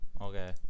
Okay